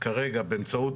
כרגע, באמצעות